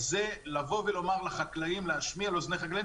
זה להשמיע לאוזני החקלאים,